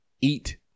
eat